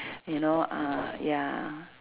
you know ah ya